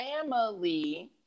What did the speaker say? family